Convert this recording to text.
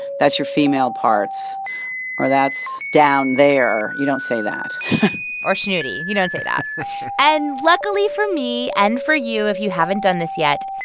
that's your female parts or that's down there. you don't say that or schnoodie you don't say that and luckily for me and for you, if you haven't done this yet,